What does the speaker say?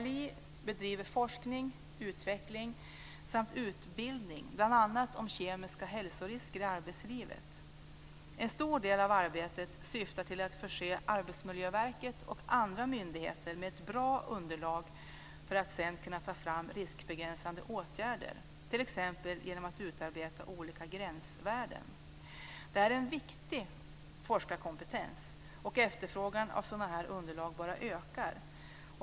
ALI bedriver forskning, utveckling samt utbildning bl.a. om kemiska hälsorisker i arbetslivet. En stor del av arbetet syftar till att förse Arbetsmiljöverket och andra myndigheter med ett bra underlag för att man sedan ska kunna ta fram riskbegränsande åtgärder, t.ex. genom att utarbeta olika gränsvärden. Det här är en viktig forskarkompetens, och efterfrågan på sådana här underlag bara ökar.